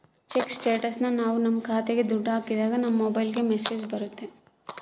check ಸ್ಟೇಟಸ್ನ ನಾವ್ ನಮ್ ಖಾತೆಗೆ ದುಡ್ಡು ಹಾಕಿದಾಗ ನಮ್ ಮೊಬೈಲ್ಗೆ ಮೆಸ್ಸೇಜ್ ಬರ್ತೈತಿ